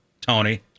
Tony